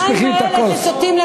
המים האלה ששותים,